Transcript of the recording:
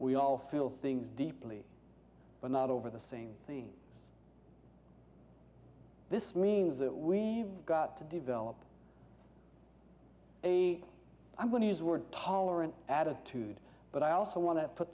we all feel things deeply but not over the same thing this means that we've got to develop the i'm going to use we're tolerant attitude but i also want to put